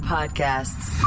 Podcasts